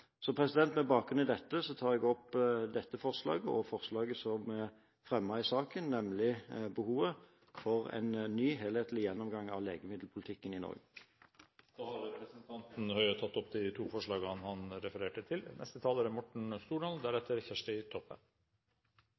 Med bakgrunn i dette tar jeg opp dette forslaget og forslaget som er fremmet i innstillingen, nemlig behovet for en ny helhetlig gjennomgang av legemiddelpolitikken i Norge. Representanten Bent Høie har tatt opp de forslagene han refererte til. Legemiddelpolitikken er